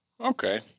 Okay